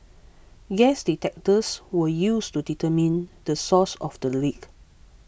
gas detectors were used to determine the source of the leak